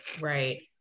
Right